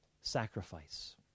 sacrifice